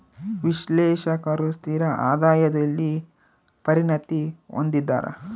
ವಿಶ್ಲೇಷಕರು ಸ್ಥಿರ ಆದಾಯದಲ್ಲಿ ಪರಿಣತಿ ಹೊಂದಿದ್ದಾರ